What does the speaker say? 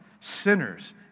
sinners